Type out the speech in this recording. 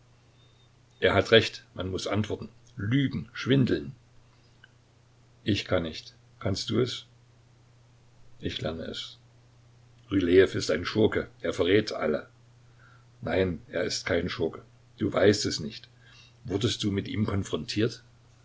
er hat recht man muß antworten lügen schwindeln ich kann nicht kannst du es ich lerne es rylejew ist ein schurke er verrät alle nein er ist kein schurke du weißt es nicht wurdest du mit ihm konfrontiert